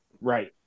right